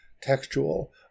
textual